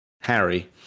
Harry